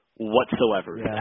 Whatsoever